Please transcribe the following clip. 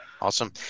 Awesome